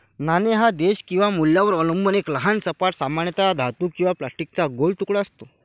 नाणे हा देश किंवा मूल्यावर अवलंबून एक लहान सपाट, सामान्यतः धातू किंवा प्लास्टिकचा गोल तुकडा असतो